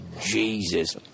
Jesus